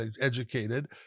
educated